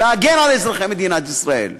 להגן על אזרחי מדינת ישראל.